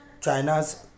china's